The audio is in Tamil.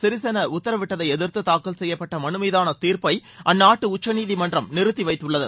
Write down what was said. சிறிசேனா உத்தரவிட்டதை எதிர்த்து தாக்கல் செய்யப்பட்ட மனுமீதான தீர்ப்பை அந்நாட்டு உச்சநீதிமன்றம் நிறுத்தி வைத்துள்ளது